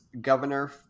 governor